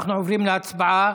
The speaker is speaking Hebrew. אנחנו עוברים להצבעה,